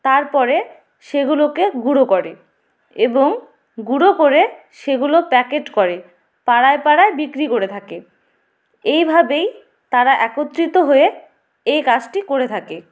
তার পরে সেগুলোকে গুঁড়ো করে এবং গুঁড়ো করে সেগুলো প্যাকেট করে পাড়ায় পাড়ায় বিক্রি করে থাকে এইভাবেই তারা একত্রিত হয়ে এই কাজটি করে থাকে